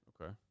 Okay